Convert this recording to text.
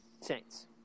Saints